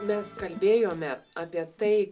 mes kalbėjome apie tai